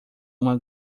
uma